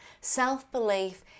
Self-belief